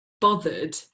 bothered